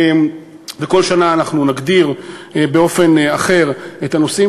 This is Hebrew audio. וכל שנה נגדיר באופן אחר את הנושאים,